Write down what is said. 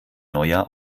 neujahr